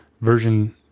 version